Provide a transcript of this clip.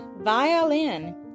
violin